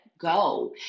go